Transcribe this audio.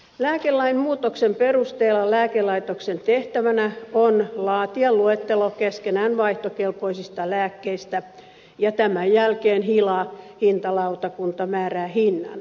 lääkelain muutoksen perusteella lääkelaitoksen tehtävänä on laatia luettelo keskenään vaihtokelpoisista lääkkeistä ja tämän jälkeen hila hintalautakunta määrää hinnan